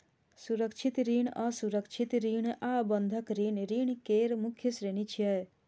सुरक्षित ऋण, असुरक्षित ऋण आ बंधक ऋण ऋण केर मुख्य श्रेणी छियै